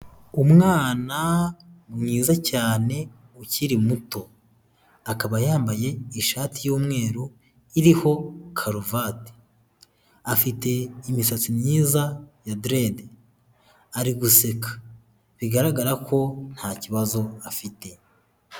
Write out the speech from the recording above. Umwana mwiza cyane ukiri muto, akaba yambaye ishati y'umweru iriho karuvati, afite imisatsi myiza ya derede, ari guseka bigaragara ko ntakibazo afite.